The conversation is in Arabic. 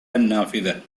النافذة